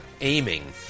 aiming